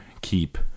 keep